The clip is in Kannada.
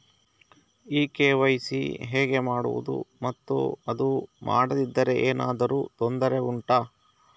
ಈ ಕೆ.ವೈ.ಸಿ ಹೇಗೆ ಮಾಡುವುದು ಮತ್ತು ಅದು ಮಾಡದಿದ್ದರೆ ಏನಾದರೂ ತೊಂದರೆ ಉಂಟಾ